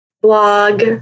blog